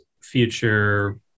future